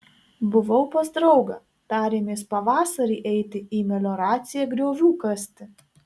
buvau pas draugą tarėmės pavasarį eiti į melioraciją griovių kasti